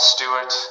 Stewart